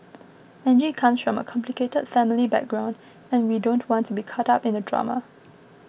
Angie comes from a complicated family background and we don't want to be caught up in the drama